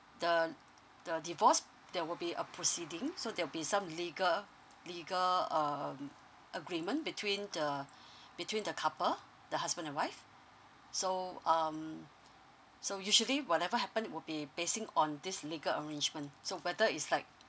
the the divorce there will be a proceeding so there'll be some legal legal um agreement between the between the couple the husband and wife so um so usually whatever happened would be basing on these legal arrangement so whether is like